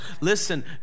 Listen